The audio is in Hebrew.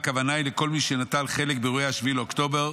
הכוונה היא לכל מי שנטל חלק באירועי 7 באוקטובר,